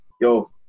Yo